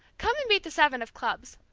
come and beat the seven of clubs,